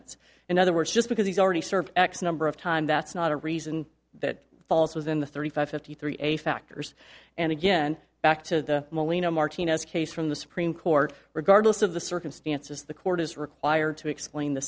sentence in other words just because he's already served x number of time that's not a reason that falls within the thirty five fifty three a factors and again back to molina martinez case from the supreme court regardless of the circumstances the court is required to explain the